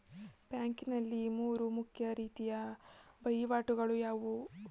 Banking ನಲ್ಲಿ ಮೂರು ಮುಖ್ಯ ರೀತಿಯ ವಹಿವಾಟುಗಳು ಯಾವುವು?